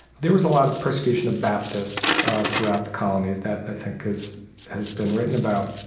there was a lot of persecution of baptists throughout the colonies that, i think, has has been written about.